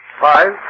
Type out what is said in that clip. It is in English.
Five